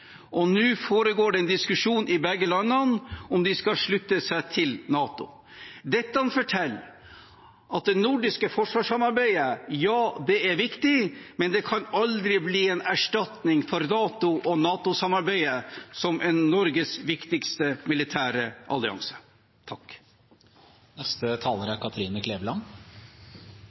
og nå foregår det en diskusjon i begge landene om de skal slutte seg til NATO. Dette forteller at det nordiske forsvarssamarbeidet er viktig, men at det aldri kan bli en erstatning for NATO og NATO-samarbeidet, som er Norges viktigste militære allianse.